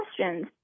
questions